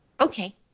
Okay